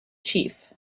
chief